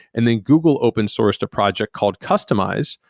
and the google open-sourced a project called kustomize,